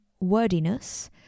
wordiness